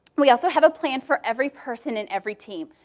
we also have a plan for every person and every team.